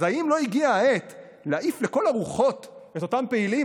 אז האם לא הגיעה העת להעיף לכל הרוחות את אותם פעילים?